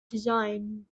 design